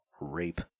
Rape